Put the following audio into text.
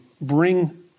bring